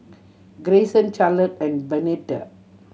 Grayson Charlotte and Bernetta